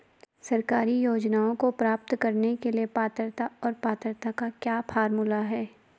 सरकारी योजनाओं को प्राप्त करने के लिए पात्रता और पात्रता का क्या फार्मूला है?